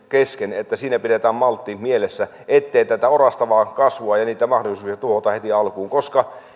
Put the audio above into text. kesken että siinä pidetään maltti mielessä ettei tätä orastavaa kasvua ja niitä mahdollisuuksia tuhota heti alkuun koska